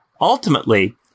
Ultimately